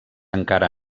encara